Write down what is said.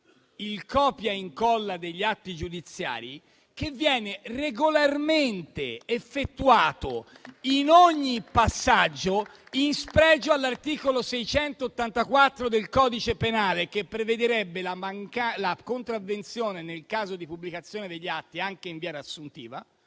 il copia-incolla degli atti giudiziari, che viene regolarmente effettuato in ogni passaggio, in spregio all'articolo 684 del codice penale che prevede la contravvenzione nel caso di pubblicazione degli atti anche in via riassuntiva